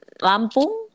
Lampung